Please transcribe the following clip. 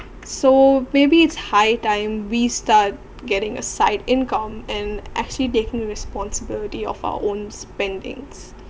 so maybe it's high time we start getting a side income and actually taking responsibility of our own spendings